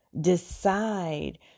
decide